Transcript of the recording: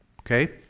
okay